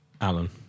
Alan